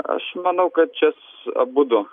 aš manau kad čia s abudu